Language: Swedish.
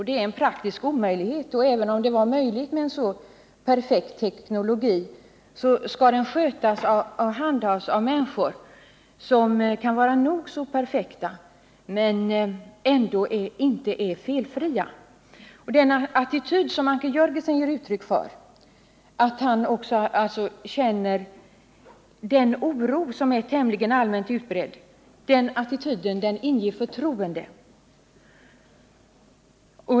Det är en praktisk omöjlighet, och även om en sådan teknologi vore möjlig skulle den handhas av människor som kan vara nog så perfekta men ändå inte är felfria. Den attityd som Anker Jörgensen ger uttryck för och som avspeglar den oro som är tämligen allmänt utbredd, den attityden inger förtroende.